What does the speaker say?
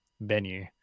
venue